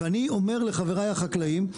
ואני אומר לחבריי החקלאים,